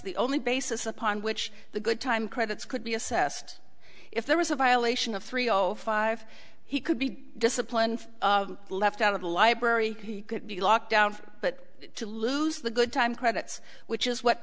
the only basis upon which the good time credits could be assessed if there was a violation of three o five he could be disciplined left out of the library he could be locked down but to lose the good time credits which is what